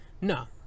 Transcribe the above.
No